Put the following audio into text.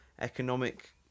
economic